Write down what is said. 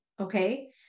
Okay